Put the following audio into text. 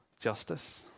justice